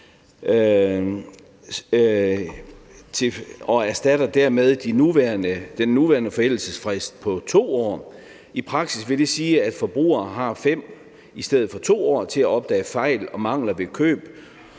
og erstatter dermed den nuværende forældelsesfrist på 2 år. I praksis vil det sige, at forbrugere har 5 år i stedet for 2 år til at opdage fejl og mangler ved køb,